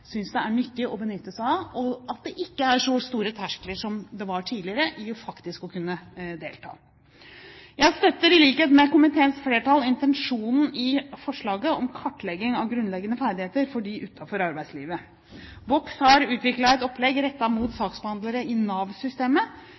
synes det er nyttig å benytte seg av, og at det ikke er så høye terskler som det var tidligere, for faktisk å kunne delta. Jeg støtter i likhet med komiteens flertall intensjonen i forslaget om kartlegging av grunnleggende ferdigheter for dem utenfor arbeidslivet. Vox har utviklet et opplegg rettet mot saksbehandlere i